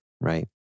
right